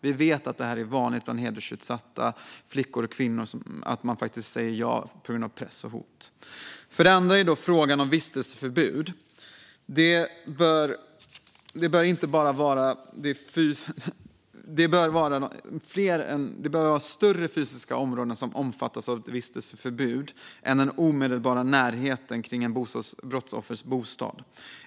Vi vet att det är vanligt bland hedersutsatta flickor och kvinnor att man säger ja på grund av press och hot. För det andra gäller det frågan om vistelseförbud. Det bör vara större fysiska områden som omfattas av vistelseförbud än den omedelbara närheten kring ett brottsoffers bostad.